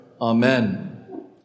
Amen